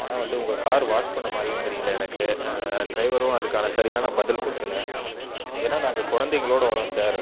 ஆனால் வந்து உங்கள் கார் வாஷ் பண்ண மாதிரியும் தெரியலை எனக்கு டிரைவரும் அதுக்கான சரியான பதில் கொடுக்கல ஏன்னால் நாங்கள் குழந்தைகளோடு வர்கிறோம் சார்